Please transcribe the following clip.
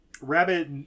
Rabbit